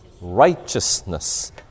righteousness